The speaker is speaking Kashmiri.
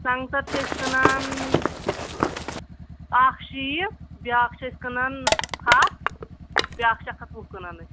سنگتر چھِ أسۍ کٕنان اکھ شیٖتھ بیاکھ چِھ أسۍ کٕنان ہتھ بیاکھ چِھ اکھ ہتھ وُہ کٕنان أسۍ